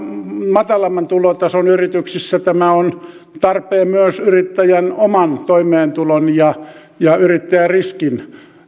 matalamman tulotason yrityksissä tämä on tarpeen myös yrittäjän oman toimeentulon ja yrittäjäriskin